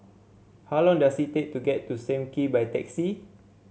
how long does it take to get to Sam Kee by taxi